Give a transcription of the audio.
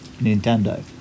Nintendo